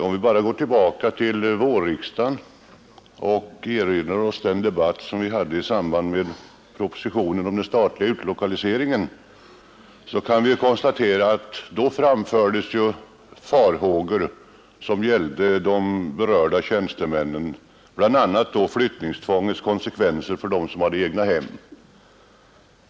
Om vi bara går tillbaka till vårriksdagen och erinrar oss den debatt som vi hade i samband med propositionen om den statliga utlokaliseringen, kan vi konstatera att det då framfördes farhågor som gällde de berörda tjänstemännen, bl.a. flyttningstvångets konsekvenser för dem som har egnahem.